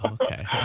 Okay